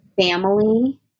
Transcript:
family